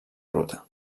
ruta